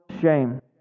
shame